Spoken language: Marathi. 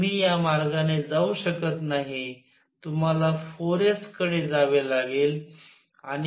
तुम्ही या मार्गाने जाऊ शकत नाही तुम्हाला 4 s कडे जावे लागेल